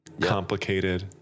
complicated